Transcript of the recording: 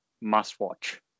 must-watch